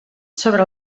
sobre